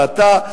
ואתה,